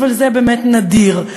אבל זה באמת נדיר.